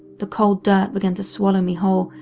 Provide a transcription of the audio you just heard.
the cold dirt began to swallow me whole,